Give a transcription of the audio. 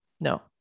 no